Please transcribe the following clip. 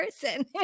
person